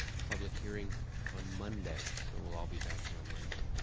a public hearing on monday, so we'll all be back here on monday.